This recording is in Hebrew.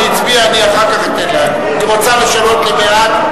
היא רוצה לשנות לבעד.